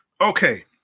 Okay